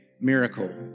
miracle